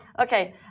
Okay